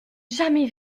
jamais